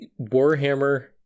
Warhammer